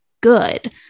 good